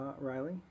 Riley